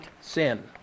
sin